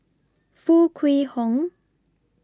Foo Kwee Horng